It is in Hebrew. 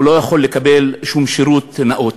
הוא לא יכול לקבל שום שירות נאות.